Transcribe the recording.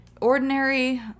ordinary